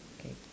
K